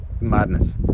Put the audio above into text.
madness